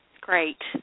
Great